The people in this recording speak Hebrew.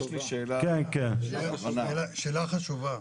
שאלה חשובה.